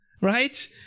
right